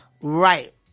Right